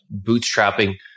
bootstrapping